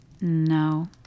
No